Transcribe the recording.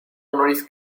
honoris